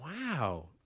Wow